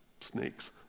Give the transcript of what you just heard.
snakes